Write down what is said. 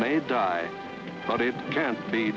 may die but it can't be